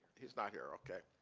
he's not here? okay.